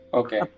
okay